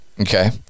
Okay